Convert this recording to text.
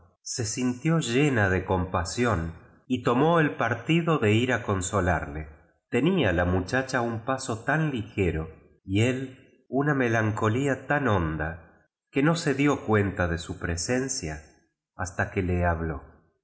se sintió llena de compasión y tomó el partido de ir a consolarle tenía hi muchacha nn paso tan ligero y él una melancolía tan honda que no se dió cuenta de su presencia hasta que le habló